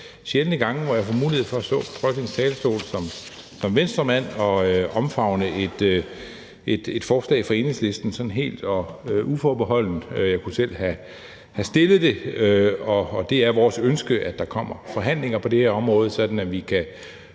sjældne gange, hvor jeg har mulighed for at stå på Folketingets talerstol som Venstremand og omfavne et forslag fra Enhedslisten sådan helt og uforbeholdent. Jeg kunne selv have fremsat det. Det er vores ønske, at der kommer forhandlinger på det her område,